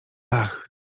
ach